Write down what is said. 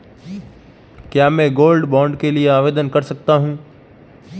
क्या मैं gold bond के लिए आवेदन कर सकता हूं?